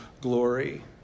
glory